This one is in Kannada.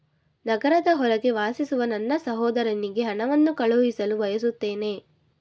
ನಗರದ ಹೊರಗೆ ವಾಸಿಸುವ ನನ್ನ ಸಹೋದರನಿಗೆ ಹಣವನ್ನು ಕಳುಹಿಸಲು ಬಯಸುತ್ತೇನೆ